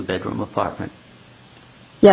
bedroom apartment yes